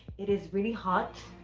it is really hot